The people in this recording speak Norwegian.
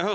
her